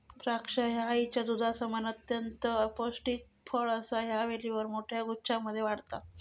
द्राक्षा ह्या आईच्या दुधासमान अत्यंत पौष्टिक फळ असा ह्या वेलीवर मोठ्या गुच्छांमध्ये वाढता